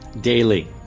Daily